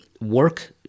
work